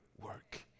work